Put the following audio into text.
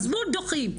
עזבו דוחים.